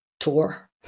tour